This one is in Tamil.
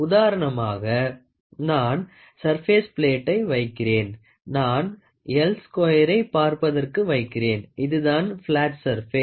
உதாரணமாக நான் சர்பேஸ் பிளேட்டை வைக்கிறேன் நான் எள் ஸ்குயரை பார்ப்பதற்கு வைக்கிறேன் இதுதான் பிளாட் சர்பேஸ்